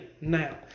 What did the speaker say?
Now